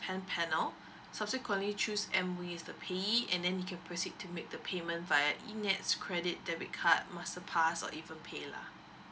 hand panel subsequently choose M_O_E as the payee and then we can proceed to make the payment via eN_E_T_S credit debit card masterpass or even paylah!